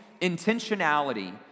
intentionality